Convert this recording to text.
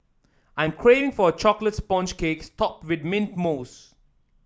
I'm craving for a chocolate sponge cakes topped with mint mousse